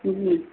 जी